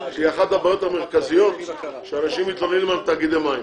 כי אחת הבעיות המרכזיות שאנשים מתלוננים על תאגידי מים.